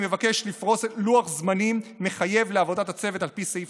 אני מבקש לפרוס לוח זמנים מחייב לעבודת הצוות על פי סעיף